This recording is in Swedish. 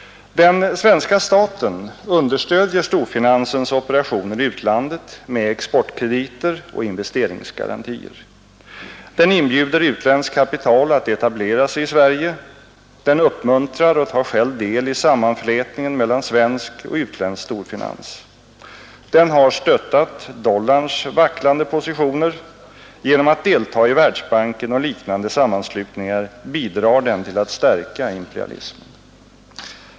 Den svenska staten understödjer storfinansens operationer i utlandet med exportkrediter och investeringsgarantier. Den inbjuder utländskt kapital att etablera sig i Sverige. Den uppmuntrar och tar själv del i sammanflätningen mellan svensk och utländsk storfinans. Den har stöttat dollarns vacklande positioner. Genom att delta i Världsbanken och liknande sammanslutningar bidrar den till att stärka imperialismen.